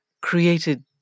created